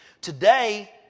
Today